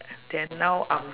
then now I'm